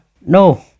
No